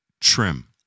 trim